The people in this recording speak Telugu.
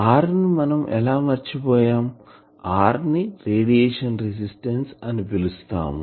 r ని మనం ఎలా మర్చిపోయాం r ని రేడియేషన్ రెసిస్టెన్స్ అని పిలుస్తాం